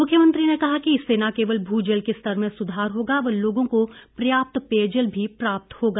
मुख्यमंत्री ने कहा कि इससे न केवल भू जल के स्तर में सुधार होगा व लोगों को पर्याप्त पेयजल भी प्राप्त होगा